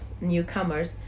newcomers